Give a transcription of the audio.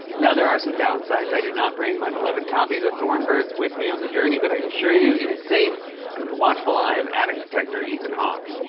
now, there are some downsides. i did not bring my beloved copy of the thorn birds with me on the journey, but i assure you it is safe under the watchful eye of attic protector ethan hawke.